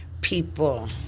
people